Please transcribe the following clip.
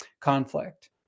conflict